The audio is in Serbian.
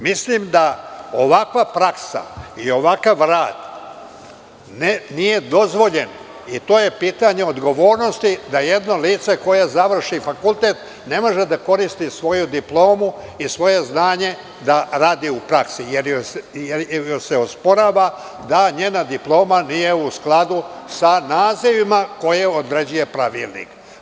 Mislim da ovakva praksa i ovakav rad nije dozvoljen i to je pitanje odgovornosti da jedno lice koje završi fakultet ne može da koristi svoju diplomu i svoje znanje da radi u praksi, jer joj se osporava da njena diploma nije u skladu sa nazivima koje određuje pravilnik.